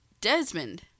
Desmond